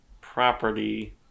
property